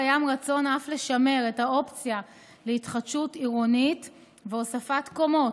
קיים רצון אף לשמר את האופציה להתחדשות עירונית והוספת קומות.